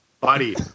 Buddy